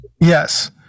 yes